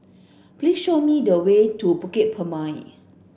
please show me the way to Bukit Purmei